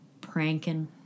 pranking